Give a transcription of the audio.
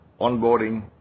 onboarding